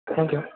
thank you